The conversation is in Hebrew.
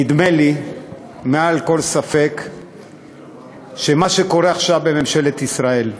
נדמה לי מעל כל ספק שמה שקורה עכשיו בממשלת ישראל,